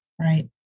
right